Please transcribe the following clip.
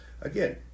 Again